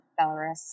Belarus